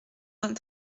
vingt